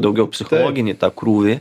daugiau psichologinį krūvį